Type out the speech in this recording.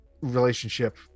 relationship